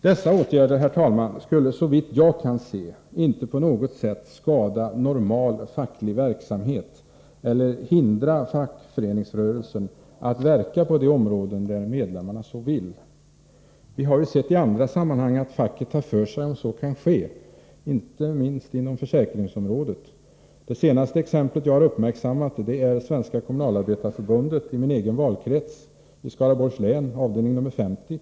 Dessa åtgärder skulle, herr talman, såvitt jag kan se inte på något sätt skada normal facklig verksamhet eller hindra fackföreningsrörelsen att verka på de områden där medlemmarna så vill. Vi har i andra sammanhang sett att facket tar för sig där så kan ske, inte minst inom försäkringsområdet. Det senaste exemplet som jag har uppmärksammat gäller Svenska kommunalarbetareförbundet i min egen valkrets i Skaraborgs län, avdelning nr 50.